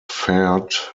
fared